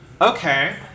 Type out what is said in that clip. Okay